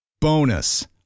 Bonus